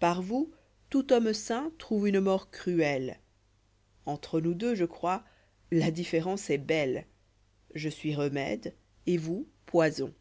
par vous tout homme sain trouve une mort cruelle entre nous deux je crois la différence est belle je suis remède et vous poison